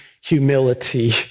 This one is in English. humility